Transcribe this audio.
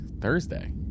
Thursday